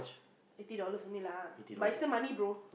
fifty dollars only lah but it's still money bro